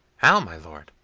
how, my lord!